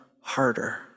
harder